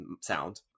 sound